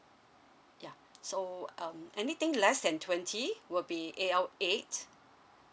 ya so um anything less than twenty would be A_L eight